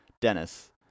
Dennis